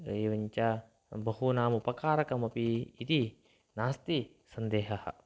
एवं च बहूनामुपकारकमपि इति नास्ति सन्देहः